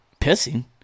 pissing